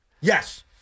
Yes